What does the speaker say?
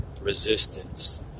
resistance